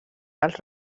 als